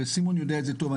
וסימון יודע את זה טוב,